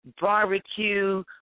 barbecue